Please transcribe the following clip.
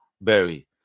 Berry